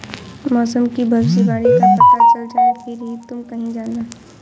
मौसम की भविष्यवाणी का पता चल जाए फिर ही तुम कहीं जाना